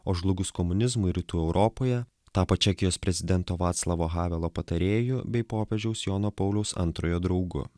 o žlugus komunizmui rytų europoje tapo čekijos prezidento vaclavo havelo patarėju bei popiežiaus jono pauliaus antrojo draugu